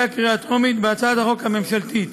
הקריאה הטרומית בהצעת החוק הממשלתית.